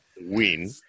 win